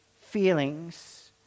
feelings